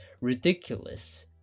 ridiculous